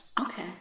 Okay